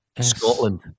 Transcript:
Scotland